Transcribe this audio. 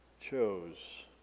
chose